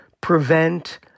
prevent